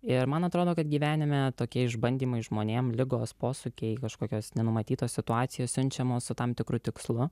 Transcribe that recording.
ir man atrodo kad gyvenime tokie išbandymai žmonėm ligos posūkiai kažkokios nenumatytos situacijos siunčiamos su tam tikru tikslu